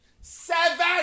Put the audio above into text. Seven